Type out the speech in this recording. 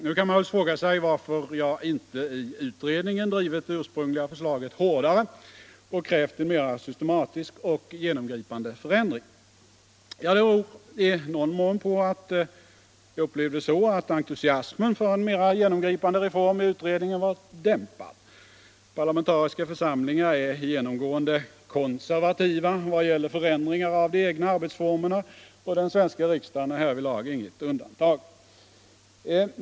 Nu kan man naturligtvis fråga sig varför jag inte i utredningen drivit det ursprungliga förslaget hårdare och krävt en mer systematisk och genomgripande förändring. Ja, det beror i någon mån på att jag upplevt att entusiasmen i utredningen för en mer genomgripande reform var dämpad. Parlamentariska församlingar är genomgående konservativa vad gäller förändringar av de egna arbetsformerna, och den svenska riksdagen är härvidlag inget undantag.